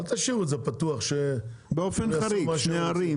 אל תשאירו את זה פתוח שהם יעשו מה שהם רוצים.